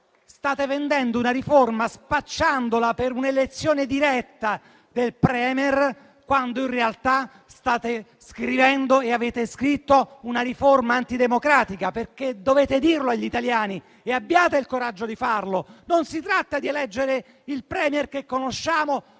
State vendendo una riforma spacciandola per un'elezione diretta del *Premier*, quando in realtà state scrivendo e avete scritto una riforma antidemocratica. Dovete dirlo agli italiani, abbiate il coraggio di farlo! Non si tratta di eleggere il *Premier* che conosciamo